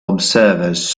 observers